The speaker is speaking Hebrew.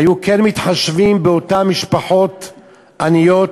והיו כן מתחשבים באותן משפחות עניות,